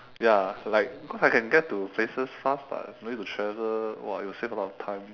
ya like because I can get to places fast lah no need to travel !wah! it will save a lot of time